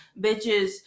bitches